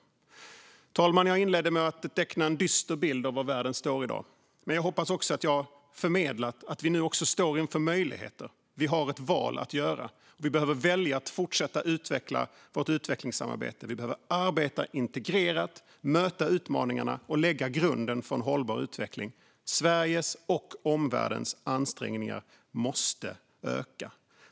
Fru talman! Jag inledde med att teckna en dyster bild av var världen står i dag. Men jag hoppas att jag också har förmedlat att vi står inför möjligheter. Vi har ett val att göra. Vi behöver välja att fortsätta att utveckla vårt utvecklingssamarbete. Vi behöver arbeta integrerat, möta utmaningarna och lägga grunden för en hållbar utveckling. Sveriges och omvärldens ansträngningar måste öka.